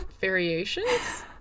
variations